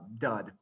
dud